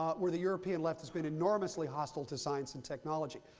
um where the european left has been enormously hostile to science and technology.